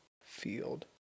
field